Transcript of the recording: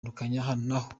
nako